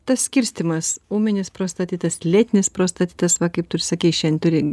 tas skirstymas ūminis prostatitas lėtinis prostatitas va kaip tu ir sakei šian turi